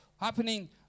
happening